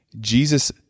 Jesus